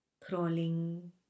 crawling